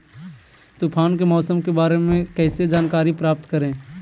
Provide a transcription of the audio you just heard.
तूफान के मौसम के बारे में कैसे जानकारी प्राप्त करें?